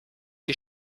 die